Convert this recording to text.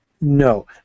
no